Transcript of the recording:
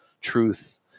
truth